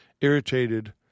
Irritated